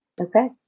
Okay